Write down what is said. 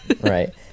right